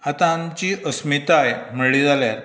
आता आमची अस्मिताय म्हळीं जाल्यार